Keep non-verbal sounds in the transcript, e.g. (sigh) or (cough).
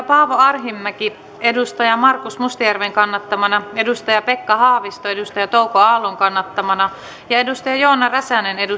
(unintelligible) paavo arhinmäki markus mustajärven kannattamana pekka haavisto touko aallon kannattamana ja joona räsänen